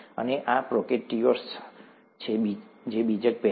અને આ પ્રોકેરીયોટ છે બીજક પહેલા